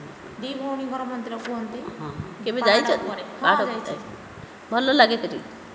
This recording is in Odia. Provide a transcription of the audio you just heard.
ଦୁଇ ଭଉଣୀଙ୍କର ମନ୍ଦିର କୁହନ୍ତି କେବେ ଯାଇଛ ପାହାଡ଼ ଉପରେ କେବେ ଯାଇଛ ହଁ ଯାଇଛି ଭଲ ଲାଗେ କିରି